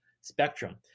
spectrum